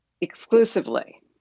exclusively